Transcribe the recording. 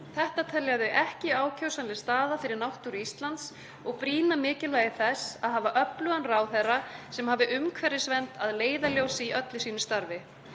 Þetta telja þau ekki ákjósanleg stöðu fyrir náttúru Íslands og brýna mikilvægi þess að hafa öflugan ráðherra sem hafi umhverfisvernd að leiðarljósi í öllu sínu starfi.